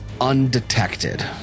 undetected